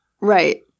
Right